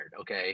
okay